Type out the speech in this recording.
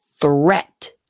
threat